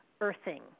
earthing